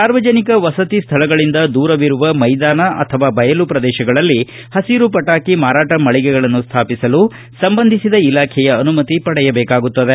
ಸಾರ್ವಜನಿಕ ವಸತಿ ಸ್ವಳಗಳಿಂದ ದೂರವಿರುವ ಮೈದಾನ ಅಥವಾ ಬಯಲು ಪ್ರದೇಶಗಳಲ್ಲಿ ಪಸಿರು ಪಟಾಕಿ ಮಾರಾಟ ಮಳಿಗೆಗಳನ್ನು ಸ್ವಾಪಿಸಲು ಸಂಬಂಧಿಸಿದ ಇಲಾಖೆಯ ಅನುಮತಿ ಪಡೆಯಬೇಕಾಗುತ್ತದೆ